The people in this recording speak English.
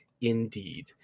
Indeed